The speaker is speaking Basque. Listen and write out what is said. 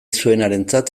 zuenarentzat